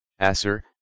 Asser